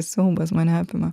siaubas mane apima